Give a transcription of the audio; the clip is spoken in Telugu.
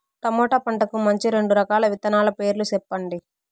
టమోటా పంటకు మంచి రెండు రకాల విత్తనాల పేర్లు సెప్పండి